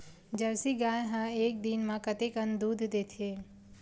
Jersey गाय ह एक दिन म कतेकन दूध देथे?